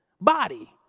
body